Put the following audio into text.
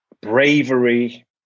bravery